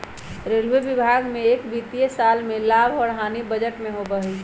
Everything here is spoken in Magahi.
रेलवे विभाग में एक वित्तीय साल में लाभ और हानि बजट में होबा हई